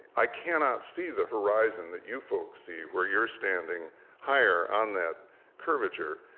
i cannot see the horizon that you folks see where you're standing higher on that curvature.